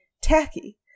Tacky